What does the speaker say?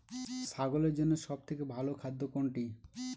ছাগলের জন্য সব থেকে ভালো খাদ্য কোনটি?